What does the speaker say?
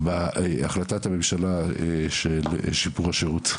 באחריות שקיבלתם בהחלטת הממשלה על מנת להביא לשיפור השירות,